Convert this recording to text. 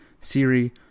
Siri